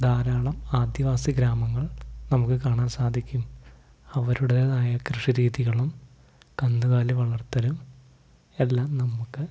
ധാരാളം ആദിവാസി ഗ്രാമങ്ങൾ നമുക്കു കാണാൻ സാധിക്കും അവരുടേതായ കൃഷിരീതികളും കന്നുകാലി വളർത്തലും എല്ലാം നമുക്ക്